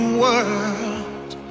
world